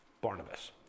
Barnabas